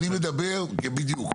בדיוק.